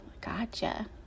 gotcha